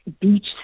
beach